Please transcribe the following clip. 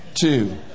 two